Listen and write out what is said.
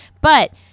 But-